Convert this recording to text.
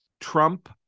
Trump